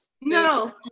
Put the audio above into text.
No